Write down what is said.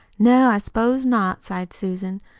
no, i s'pose not, sighed susan.